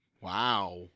Wow